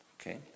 Okay